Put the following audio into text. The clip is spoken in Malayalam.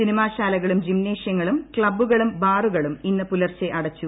സിനിമാ ശാലകളും ജിംനേഷൃങ്ങളും ക്സബ്ബുകളും ബാറുകളും ഇന്ന് പുലർച്ചെ അടച്ചു